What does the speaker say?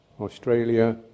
Australia